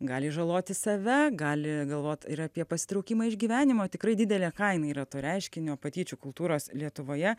gali žaloti save gali galvot ir apie pasitraukimą iš gyvenimo tikrai didelė kaina yra to reiškinio patyčių kultūros lietuvoje